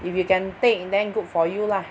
if you can take then good for you lah